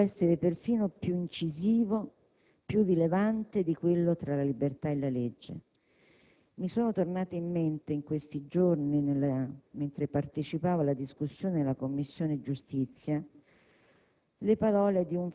Il procedimento giudiziario, cioè, è proprio uno dei momenti più delicati ed importanti in cui la legge entra nella vita quotidiana delle persone, nei rapporti concreti tra gli esseri umani